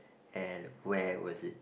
and where was it